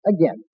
again